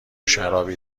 شرابی